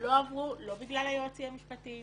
כדי שיגיד כן,